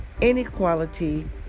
inequality